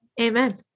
Amen